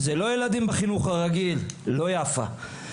זה לא ילדים בחינוך הרגיל, לא יפה.